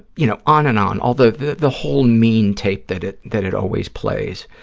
you know, on and on, all the, the the whole mean tape that it that it always plays.